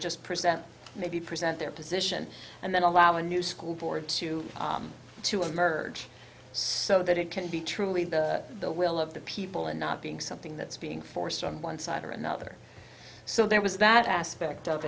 just present maybe present their position and then allow a new school board to to emerge so that it can be truly the will of the people and not being something that's being forced on one side or another so there was that aspect of